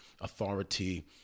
authority